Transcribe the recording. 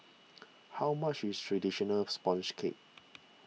how much is Traditional Sponge Cake